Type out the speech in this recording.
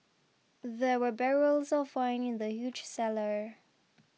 there were barrels of wine in the huge cellar